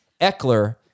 Eckler